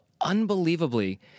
unbelievably